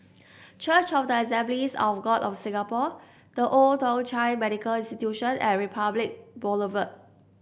church of the Assemblies of God of Singapore The Old Thong Chai Medical Institution and Republic Boulevard